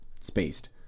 spaced